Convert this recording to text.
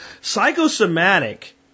Psychosomatic